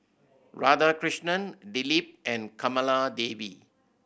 Radhakrishnan Dilip and Kamaladevi